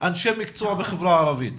אנשי מקצוע בחברה הערבית.